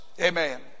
Amen